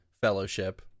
fellowship